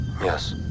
Yes